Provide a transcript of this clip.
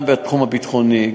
גם בתחום הביטחוני,